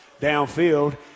downfield